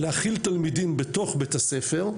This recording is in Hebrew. להכיל תלמידים בתוך בתי הספר,